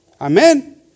Amen